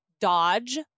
Dodge